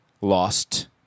lost